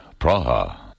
Praha